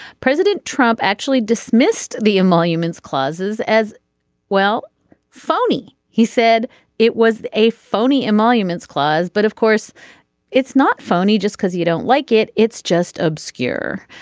president trump actually dismissed the emoluments clauses as well phony. he said it was a phony emoluments clause but of course it's not phony just because you don't like it. it's just obscure.